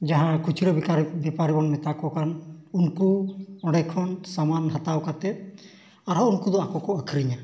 ᱡᱟᱦᱟᱸᱭ ᱠᱷᱩᱪᱨᱟᱹ ᱵᱮᱯᱟᱨᱤ ᱵᱚᱱ ᱢᱮᱛᱟᱣ ᱠᱚ ᱠᱟᱱ ᱩᱱᱠᱩ ᱚᱸᱰᱮ ᱠᱷᱚᱱ ᱥᱟᱢᱟᱱ ᱦᱟᱛᱟᱣ ᱠᱟᱛᱮᱫ ᱟᱨᱦᱚᱸ ᱩᱱᱠᱩ ᱫᱚ ᱟᱠᱚ ᱠᱚ ᱟᱹᱠᱷᱨᱤᱧᱟ